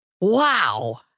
Wow